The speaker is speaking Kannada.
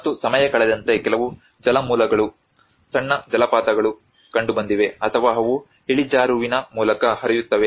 ಮತ್ತು ಸಮಯ ಕಳೆದಂತೆ ಕೆಲವು ಜಲಮೂಲಗಳು ಸಣ್ಣ ಜಲಪಾತಗಳು ಕಂಡುಬಂದಿವೆ ಅಥವಾ ಅವು ಇಳಿಜಾರುವಿನ ಮೂಲಕ ಹರಿಯುತ್ತವೆ